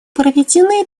проведены